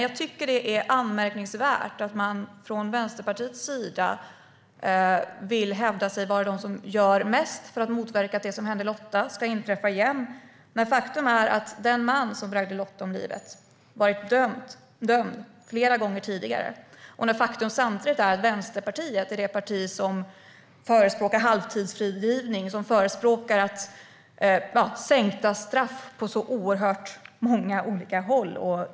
Jag tycker att det är anmärkningsvärt att Vänsterpartiets sida vill hävda sig vara de som gör mest för att verka för att det som hände Lotta inte ska inträffa igen när faktum är att den man som bragte Lotta om livet varit dömd flera gånger tidigare och faktum samtidigt är att Vänsterpartiet förespråkar halvtidsfrigivning och sänkta straff på så oerhört många olika håll.